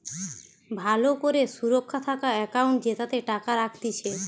ভালো করে সুরক্ষা থাকা একাউন্ট জেতাতে টাকা রাখতিছে